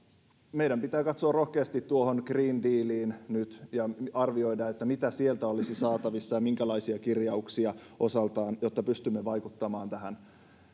meidän pitää katsoa rohkeasti tuohon green dealiin nyt ja arvioida mitä sieltä olisi saatavissa ja minkälaisia kirjauksia osaltaan jotta pystymme vaikuttamaan